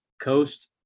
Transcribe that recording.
coast